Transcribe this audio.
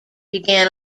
began